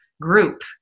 group